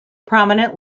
prominent